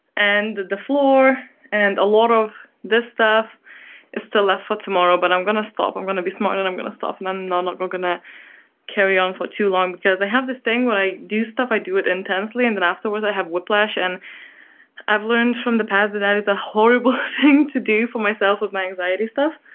and the floor and a lot of this stuff is still left for tomorrow but i'm gonna stop. i'm gonna be smart, and i'm gonna stop, and i'm not not gonna carry on for too long because i have this thing when i do stuff, i do it intensely. and then afterwards i have whiplash and i've learned from the past that that is a horrible thing to do for myself with my anxiety stuff